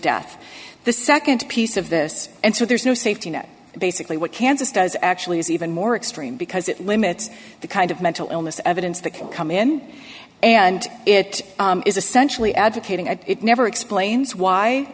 death the nd piece of this and so there's no safety net basically what kansas does actually is even more extreme because it limits the kind of mental illness evidence that can come in and it is essentially advocating and it never explains why